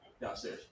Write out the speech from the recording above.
downstairs